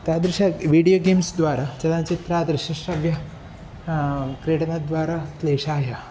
तादृशे video games द्वारा चलच्चित्रं दृश्यश्रव्यं क्रीडनद्वारा क्लेशाय